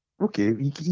Okay